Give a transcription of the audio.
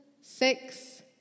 Six